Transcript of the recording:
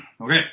Okay